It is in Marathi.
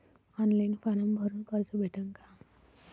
ऑनलाईन फारम भरून कर्ज भेटन का?